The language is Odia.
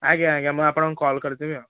ଆଜ୍ଞା ଆଜ୍ଞା ମୁଁ ଆପଣଙ୍କୁ କଲ୍ କରିଦେବି ଆଉ